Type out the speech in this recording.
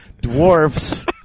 Dwarfs